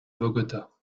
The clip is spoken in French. bogota